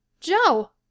Joe